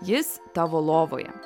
jis tavo lovoje